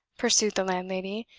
pursued the landlady,